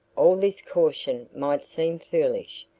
all this caution might seem foolish,